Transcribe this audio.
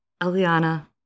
eliana